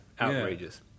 Outrageous